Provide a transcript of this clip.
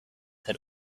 had